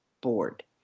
board